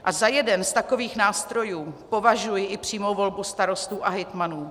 A za jeden z takových nástrojů považuji i přímou volbu starostů a hejtmanů.